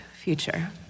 future